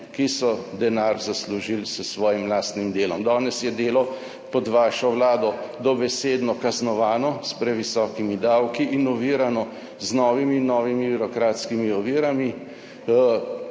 ki so denar zaslužili s svojim lastnim delom. Danes je delo pod vašo vlado dobesedno kaznovano s previsokimi davki in ovirano z novimi in novimi birokratskimi ovirami,